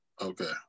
okay